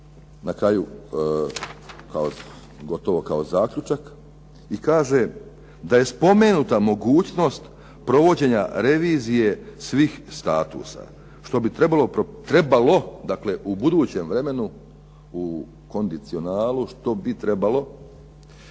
na kraju gotovo kao zaključak i kaže da je spomenuta mogućnost provođenja revizije svih statusa, što bi trebalo dakle, u budućem vremenu, u kondicionalu, što bi trebalo,